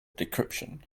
decryption